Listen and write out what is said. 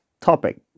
topic